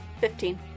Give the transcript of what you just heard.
Fifteen